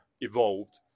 evolved